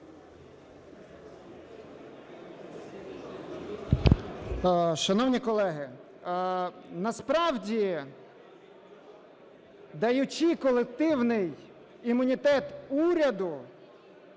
Шановні колеги, насправді даючи колективний імунітет уряду,